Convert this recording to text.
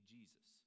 Jesus